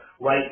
right